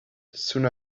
soon